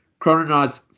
Chrononauts